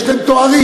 יש להם תארים,